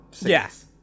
Yes